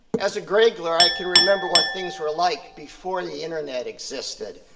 as a greygler, i can remember what things were like before the internet existed.